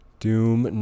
Doom